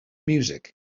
music